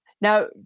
Now